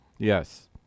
Yes